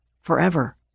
forever